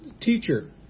teacher